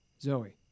Zoe